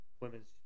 Women's